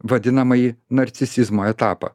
vadinamąjį narcisizmo etapą